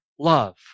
Love